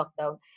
lockdown